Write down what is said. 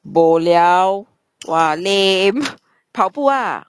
bo liao !wah! lame 跑步啊